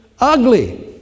Ugly